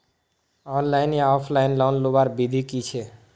Online या offline loan लुबार विधि की छे?